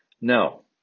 no